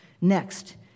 Next